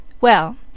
Well